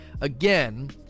Again